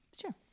Sure